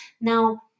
Now